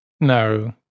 No